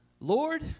Lord